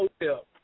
Hotel